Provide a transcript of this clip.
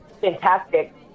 fantastic